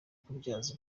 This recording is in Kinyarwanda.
kubyaza